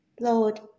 Lord